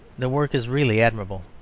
the work is really admirable.